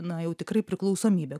na jau tikrai priklausomybė